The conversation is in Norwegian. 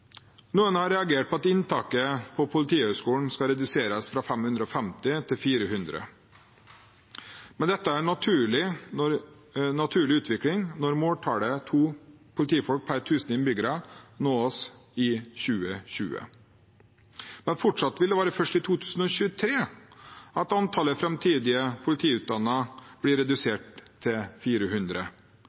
Noen har reagert på at inntaket til Politihøgskolen skal reduseres fra 550 til 400. Men dette er en naturlig utvikling når måltallet, to politifolk per tusen innbyggere, nås i 2020. Fortsatt vil det imidlertid være først i 2023 at antallet framtidig politiutdannede blir redusert til 400.